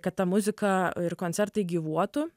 kad ta muzika ir koncertai gyvuotų